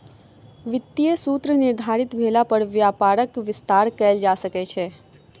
वित्तीय सूत्र निर्धारित भेला पर व्यापारक विस्तार कयल जा सकै छै